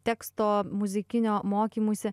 teksto muzikinio mokymusi